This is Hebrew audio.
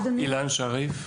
אילן שריף,